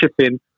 shipping